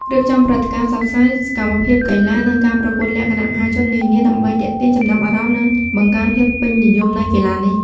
រៀបចំព្រឹត្តិការណ៍ផ្សព្វផ្សាយ សកម្មភាពកីឡា និងការប្រកួតលក្ខណៈមហាជននានា ដើម្បីទាក់ទាញចំណាប់អារម្មណ៍ និងបង្កើនភាពពេញនិយមនៃកីឡានេះ។